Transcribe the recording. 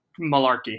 malarkey